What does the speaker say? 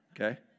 Okay